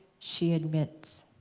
she admits.